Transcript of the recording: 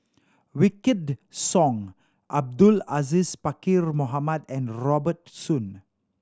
Wykidd Song Abdul Aziz Pakkeer Mohamed and Robert Soon